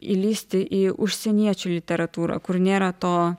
įlįsti į užsieniečių literatūrą kur nėra to